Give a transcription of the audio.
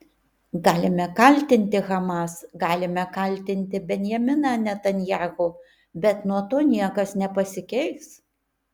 galime kaltinti hamas galime kaltinti benjaminą netanyahu bet nuo to niekas nepasikeis